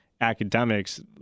academics